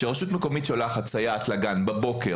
כאשר רשות מקומית שולחת סייעת לגן בבוקר,